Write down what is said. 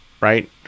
right